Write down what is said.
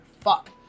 Fuck